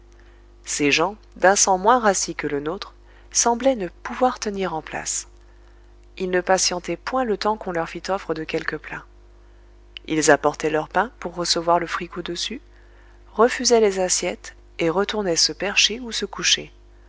ces gens d'un sang moins rassis que le nôtre semblaient ne pouvoir tenir en place ils ne patientaient point le temps qu'on leur fît offre de quelque plat ils apportaient leur pain pour recevoir le fricot dessus refusaient les assiettes et retournaient se percher ou se coucher